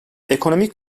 ekonomik